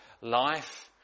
life